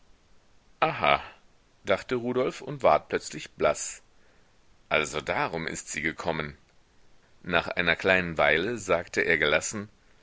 aha dachte rudolf und ward plötzlich blaß also darum ist sie gekommen nach einer kleinen weile sagte er gelassen